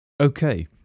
Okay